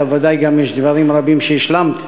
אלא ודאי יש גם דברים רבים שהשלמת.